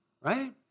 right